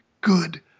good